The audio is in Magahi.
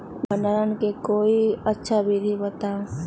भंडारण के कोई अच्छा विधि बताउ?